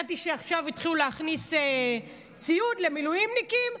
הבנתי שעכשיו התחילו להכניס ציוד למילואימניקים,